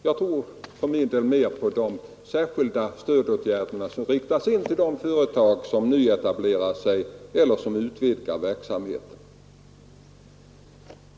Jag tror mera på de särskilda stödåtgärder som riktas in på de företag som nu etablerar sig eller som utvidgar verksamheten.